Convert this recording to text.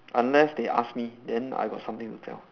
unless they ask me then I got something to tell